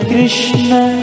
Krishna